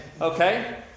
okay